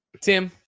Tim